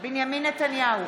בנימין נתניהו,